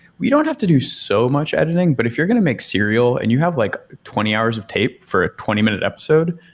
we don't have to do's so much editing, but if you're going to make serial and you have like twenty hours of tape for a twenty minute episode,